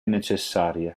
necessaria